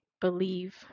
believe